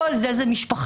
כל זה זה משפחה.